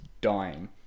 dying